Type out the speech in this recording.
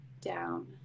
down